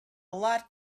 lot